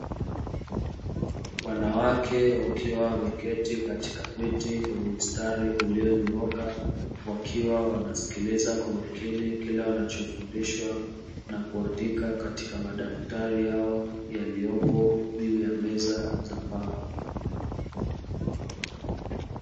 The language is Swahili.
Wanawake wakiwa wameketi katika viti kwenye mstari uloyonyooka wakiwa wanasikiliza kwa makini kile walichofundishwa na kuandika katika madaftari yao yaliyopo juu ya meza.